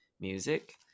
music